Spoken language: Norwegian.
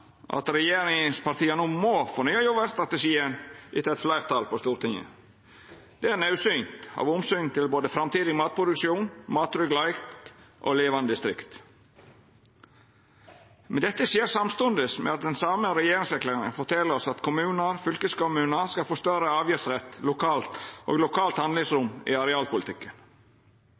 at regjeringspartia no må fornya jordvernstrategien på grunn av fleirtalet på Stortinget. Det er naudsynt, av omsyn til både framtidig matproduksjon, mattryggleik og levande distrikt. Men dette skjer samstundes med at den same regjeringserklæringa fortel oss at kommunar og fylkeskommunar skal få større avgiftsrett lokalt og lokalt handlingsrom i arealpolitikken.